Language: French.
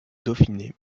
dauphiné